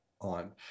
on